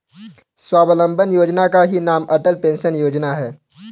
स्वावलंबन योजना का ही नाम अटल पेंशन योजना है